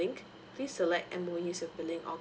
please select M_O_E as a billing